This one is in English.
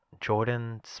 Jordan